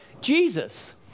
Jesus